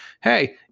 hey